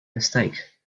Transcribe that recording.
mistake